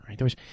right